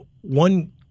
one